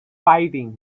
fighting